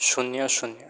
શૂન્ય શૂન્ય